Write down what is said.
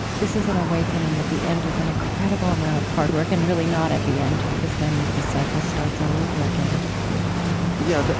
this is an awakening at the end of an incredible amount of hard work and really not at the end, because then the cycle starts all over again yeah,